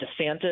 DeSantis